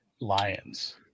Lions